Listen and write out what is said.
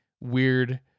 weird